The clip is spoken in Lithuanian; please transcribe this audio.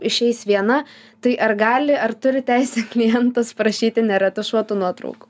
išeis viena tai ar gali ar turi teisę klientas prašyti neretušuotų nuotraukų